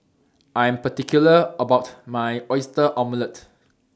I Am particular about My Oyster Omelette